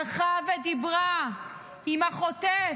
הלכה ודיברה עם החוטף,